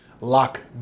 Lock